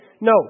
No